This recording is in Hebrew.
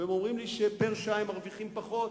הם אומרים לי שפר-שעה הם מרוויחים פחות,